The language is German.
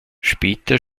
später